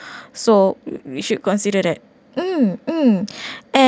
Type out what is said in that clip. so we we should consider that mm mm and